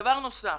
דבר נוסף,